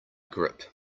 grip